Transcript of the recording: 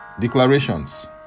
declarations